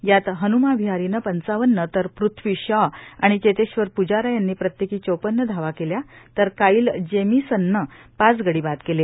यात हन्मा विहारीनं पंचावन्न तर पृथ्वी शॉ आणि चेतेश्वर प्जारा यांनी प्रत्येकी चोपन्न धावा केल्या तर काईल जेमीसननं पाच गडी बाद केले